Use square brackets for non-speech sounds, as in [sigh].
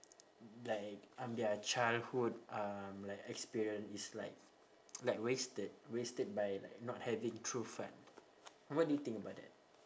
like um their childhood um like experience it's like [noise] like wasted wasted by like not having true fun what do you think about that